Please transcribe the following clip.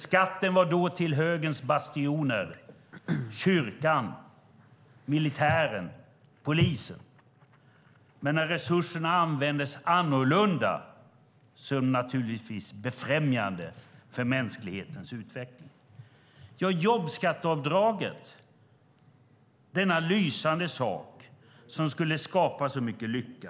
Skatten gick då till Högerns bastioner kyrkan, militären, polisen, men när resurserna användes annorlunda var de naturligtvis till befrämjande av mänsklighetens utveckling. Sedan gällde det jobbskatteavdraget, denna lysande sak som skulle skapa så mycket lycka.